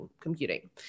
computing